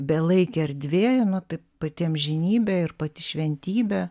belaikė erdvė nu tai pati amžinybė ir pati šventybė